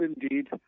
indeed